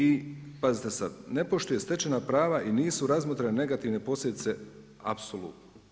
I pazite sad ne poštuje stečena prava i nisu razmotrene negativne posljedice apsolutno.